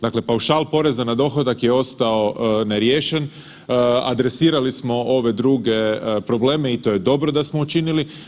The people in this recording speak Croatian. Dakle, paušal poreza na dohodak je ostao neriješen, adresirali smo ove druge probleme i to je dobro da smo učinili.